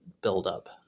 buildup